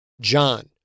John